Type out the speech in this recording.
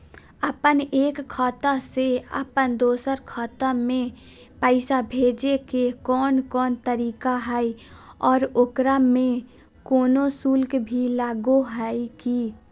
अपन एक खाता से अपन दोसर खाता में पैसा भेजे के कौन कौन तरीका है और ओकरा में कोनो शुक्ल भी लगो है की?